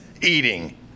eating